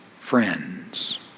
friends